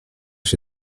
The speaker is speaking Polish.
się